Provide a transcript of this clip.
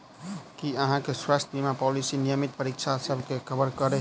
की अहाँ केँ स्वास्थ्य बीमा पॉलिसी नियमित परीक्षणसभ केँ कवर करे है?